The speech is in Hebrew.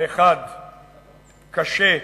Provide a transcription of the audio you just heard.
האחד קשה,